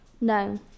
No